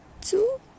two